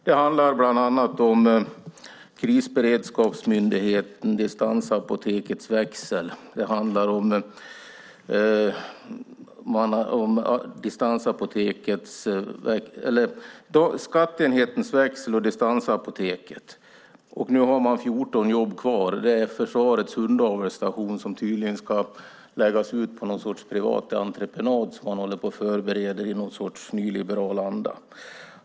Det handlar bland annat om Myndigheten för samhällsskydd och beredskap, skatteenhetens växel och Distansapoteket. Nu har man 14 jobb kvar. Det är Försvarets hundavelsstation som tydligen ska läggas ut på någon sorts privat entreprenad, vilket man håller på och förbereder i någon sorts nyliberal anda.